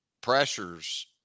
pressures